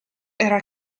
era